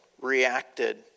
reacted